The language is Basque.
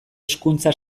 hezkuntza